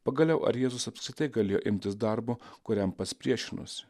pagaliau ar jėzus apskritai galėjo imtis darbo kuriam pats priešinosi